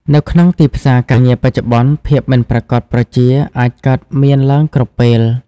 នៅក្នុងទីផ្សារការងារបច្ចុប្បន្ន ភាពមិនប្រាកដប្រជាអាចកើតមានឡើងគ្រប់ពេល។